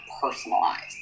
personalized